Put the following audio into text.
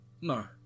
No